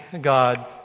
God